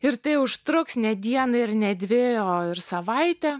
ir tai užtruks ne dieną ir ne dvi o ir savaitę